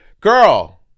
girl